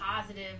positive